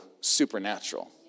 supernatural